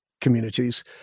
communities